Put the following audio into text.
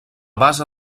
base